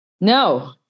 No